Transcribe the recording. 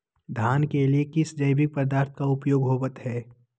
धान के लिए किस जैविक पदार्थ का उपयोग होवत है?